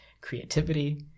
creativity